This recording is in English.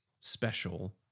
special